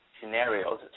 scenarios